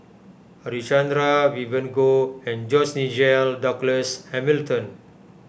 Harichandra Vivien Goh and George Nigel Douglas Hamilton